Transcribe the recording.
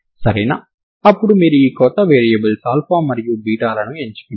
సరేనా అప్పుడు మీరు ఈ కొత్త వేరియబుల్స్ మరియు లని ఎంచుకుంటారు